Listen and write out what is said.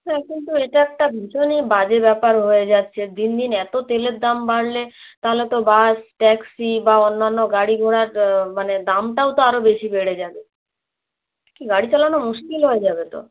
হ্যাঁ কিন্তু এটা একটা ভীষণই বাজে ব্যাপার হয়ে যাচ্ছে দিন দিন এত তেলের দাম বাড়লে তাহলে তো বাস ট্যাক্সি বা অন্যান্য গাড়িঘোড়ার মানে দামটাও তো আরও বেশি বেড়ে যাবে কী গাড়ি চালানো মুশকিল হয়ে যাবে তো